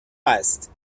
است